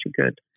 good